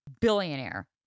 Billionaire